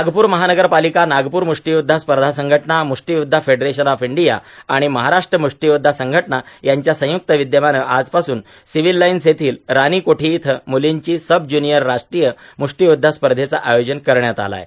नागपूर महानगरपालिका नागपूर मुष्टीयुध्दा स्पर्धा संघटना मुष्टीयुध्दा फेडरेशन ऑफ इंडिया आणि महाराष्ट्र मुष्टीयुध्दा संघटना यांच्या संयुक्त विद्यमानं आज पासून सिव्हील लाईन्स येथील राणी कोठी इथं मुलींची संबज्यूनिअर राष्ट्रीय मुष्टीयुध्दा स्पर्धेचे आयोजन करण्यात आले आहे